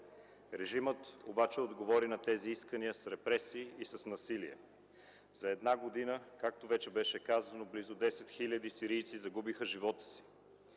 Режимът обаче отговори на тези искания с репресии и с насилие. За една година, както вече беше казано, близо 10 хиляди сирийци загубиха живота си